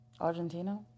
Argentina